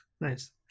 Nice